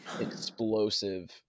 explosive